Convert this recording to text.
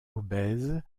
obèse